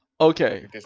Okay